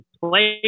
play